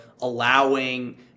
allowing